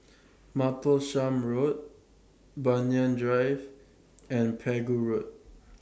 Martlesham Road Banyan Drive and Pegu Road